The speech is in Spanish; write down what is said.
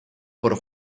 por